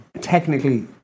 technically